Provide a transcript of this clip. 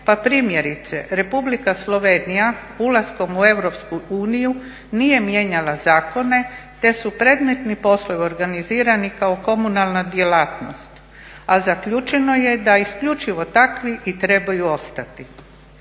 pa primjerice Republika Slovenija ulaskom u EU nije mijenjala zakone, te su predmetni poslovi organizirani kao komunalna djelatnost, a zaključeno je da isključivo takvi i trebaju ostati.